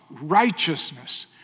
righteousness